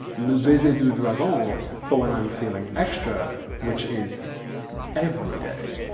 le baiser du dragon, um for when i'm feeling extra which is every day.